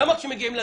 למה כשמגיעים לגנים,